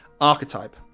archetype